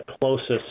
closest